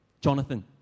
Jonathan